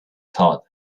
thought